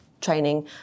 training